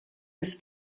bis